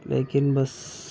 لیکن بس